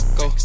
go